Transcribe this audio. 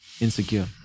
Insecure